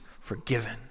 forgiven